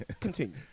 Continue